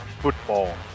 football